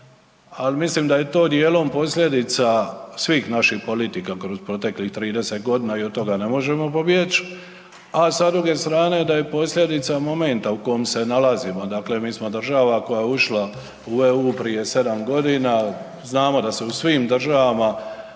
ali mislim da je to djelom posljedica svih naših politika kroz proteklih 30 g. i od toga ne možemo pobjeć a sa druge strane da je posljedica momenta u kom se nalazimo, dakle mi smo država koja je ušla u EU prije 7 g., znamo da se u svim državama,